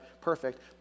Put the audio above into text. perfect